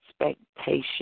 expectation